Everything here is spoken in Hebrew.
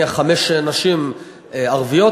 נניח חמש נשים ערביות,